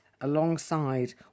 alongside